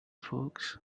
folks